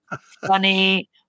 funny